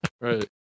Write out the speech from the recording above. Right